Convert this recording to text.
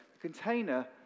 container